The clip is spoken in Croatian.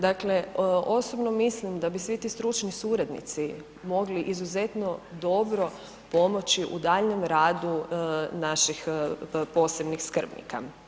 Dakle, osobno mislim da bi svi ti stručni suradnici mogli izuzetno dobro pomoći u daljnjem radu naših posebnih skrbnika.